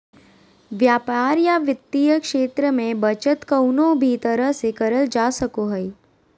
व्यापार या वित्तीय क्षेत्र मे बचत कउनो भी तरह से करल जा सको हय